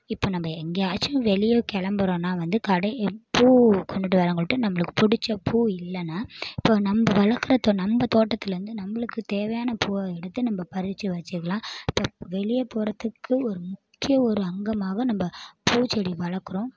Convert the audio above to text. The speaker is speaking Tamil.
இப்போ நம்ப எங்கேயாச்சும் வெளியே கிளம்புறோன்னா வந்து கடையை பூ கொண்டுகிட்டு வரவங்கள்கிட்ட நம்பளுக்கு பிடிச்சப் பூ இல்லைனா இப்போ நம்ப வளர்க்குறத நம்ப தோட்டத்துலந்து நம்மளுக்கு தேவையான பூவாக எடுத்து நம்ப பறிச்சு வச்சுக்கலாம் இப்போ வெளியே போகிறத்துக்கு ஒரு முக்கிய ஒரு அங்கமாக நம்ப பூச்செடி வளர்க்குறோம்